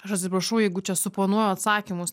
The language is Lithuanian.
aš atsiprašau jeigu čia suponuoju atsakymus